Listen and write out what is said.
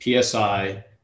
PSI